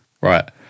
Right